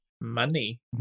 Money